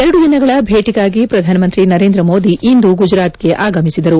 ಎರಡು ದಿನಗಳ ಭೇಟಿಗಾಗಿ ಪ್ರಧಾನಮಂತ್ರಿ ನರೇಂದ್ರ ಮೋದಿ ಇಂದು ಗುಜರಾತ್ಗೆ ಆಗಮಿಸಿದರು